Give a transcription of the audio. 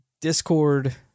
Discord